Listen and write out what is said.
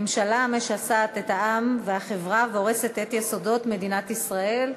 ממשלה המשסעת את העם והחברה והורסת את יסודות מדינת ישראל,